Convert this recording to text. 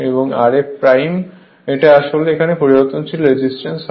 এবং rf আসলে এখানে পরিবর্তনশীল রেজিস্ট্যান্স হয়